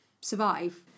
survive